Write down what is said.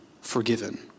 forgiven